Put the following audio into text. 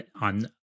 on